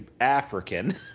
African